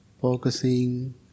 focusing